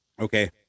Okay